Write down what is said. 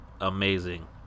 amazing